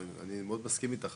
אני מאוד מסכים איתך,